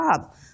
job